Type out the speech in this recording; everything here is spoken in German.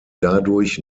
dadurch